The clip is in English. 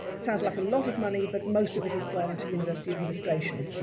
sounds like a lot of money, but most of it has gone to university administration.